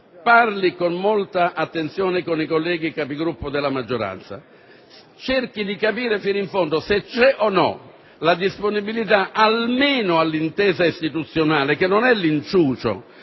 parli con molta attenzione con i colleghi Capigruppo della maggioranza, cerchi di capire fino in fondo se c'è la disponibilità almeno all'intesa istituzionale, che non è l'inciucio,